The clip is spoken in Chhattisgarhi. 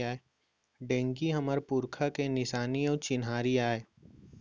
ढेंकी हमर पुरखा के निसानी अउ चिन्हारी आय